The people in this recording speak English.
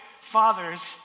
fathers